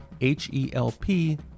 H-E-L-P